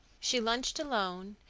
she lunched alone,